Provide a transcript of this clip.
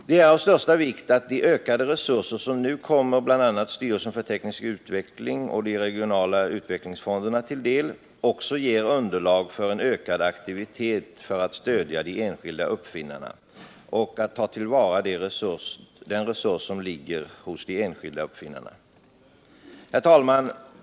Det är av största vikt att de ökade resurser som nu kommer bl.a. styrelsen för teknisk utveckling och de regionala utvecklingsfonderna till del också ger underlag för en ökad aktivitet för att stödja de enskilda uppfinnarna och ta till vara den resurs som ligger hos de enskilda uppfinnarna. Herr talman!